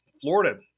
Florida